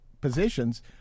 positions